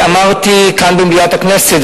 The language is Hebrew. אמרתי כאן במליאת הכנסת,